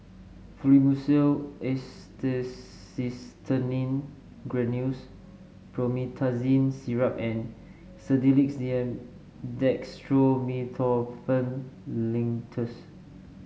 Fluimucil Acetylcysteine Granules Promethazine Syrup and Sedilix D M Dextromethorphan Linctus